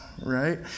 right